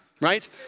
right